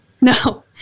no